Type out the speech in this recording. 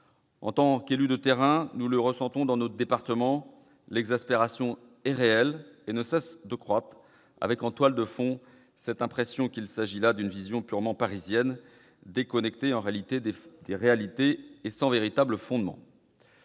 En tant qu'élus de terrain, nous le ressentons dans nos départements : l'exaspération est réelle et ne cesse de croître. L'impression, en toile de fond, est qu'il s'agit là d'une vision purement parisienne, déconnectée des réalités et sans véritable fondement.